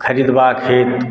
ख़रीदबाक हेतु